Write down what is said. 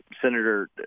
Senator